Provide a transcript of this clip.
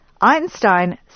Einstein